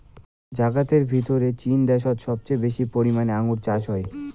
জাগাতের ভিতরে চীন দ্যাশোত সবচেয়ে বেশি পরিমানে আঙ্গুর চাষ হই